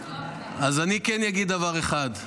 אז אני כן אגיד דבר אחד,